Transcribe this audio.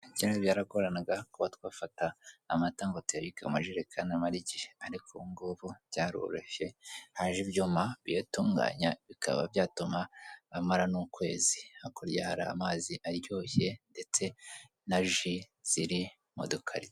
Kera byaragoranaga, kuba twafata amata ngo tuyabike mu majerekani amare igihe ariko ubu ngubu byaroroshye, haje ibyuma biyatunganya bikaba byatuma amara n'ukwezi. Hakurya hari amazi aryoshye ndetse na ji ziri mu dukarito.